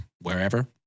wherever